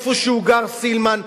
איפה שגר סילמן,